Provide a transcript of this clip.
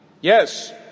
yes